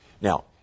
Now